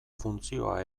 funtzioa